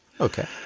okay